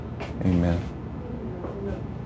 Amen